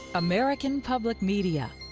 american public media,